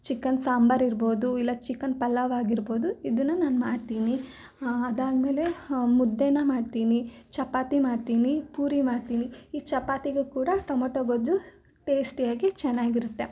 chicken sambar ಇರ್ಬೋದು ಇಲ್ಲ chicken ಪಲಾವಾಗಿರ್ಬೋದು ಇದನ್ನ ನಾನು ಮಾಡ್ತೀನಿ ಅದಾದಮೇಲೆ ಮುದ್ದೆನ ಮಾಡ್ತೀನಿ ಚಪಾತಿ ಮಾಡ್ತೀನಿ ಪೂರಿ ಮಾಡ್ತೀನಿ ಈ ಚಪಾತಿಗೂ ಕೂಡ ಟೊಮೊಟೊ ಗೊಜ್ಜು ಟೇಸ್ಟಿಯಾಗಿ ಚೆನ್ನಾಗಿರುತ್ತೆ